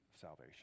salvation